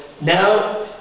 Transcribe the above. now